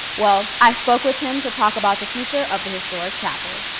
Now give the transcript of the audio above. well, i spoke with him to talk about the future of the historic chapel.